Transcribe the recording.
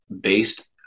based